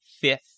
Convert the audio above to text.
fifth